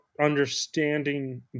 understanding